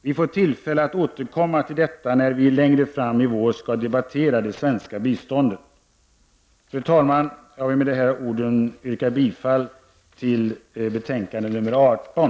Vi får tillfälle att återkomma till detta när vi längre fram i vår skall debattera det svenska biståndet. Fru talman! Jag vill med dessa ord yrka bifall till hemställan i betänkande nr 18.